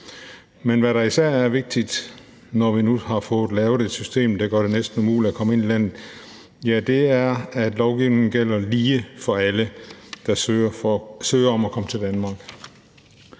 Men hvad der især er vigtigt, når vi nu har fået lavet et system, der gør det næsten umuligt at komme ind i landet, er, at lovgivningen gælder lige for alle, der søger om at komme til Danmark.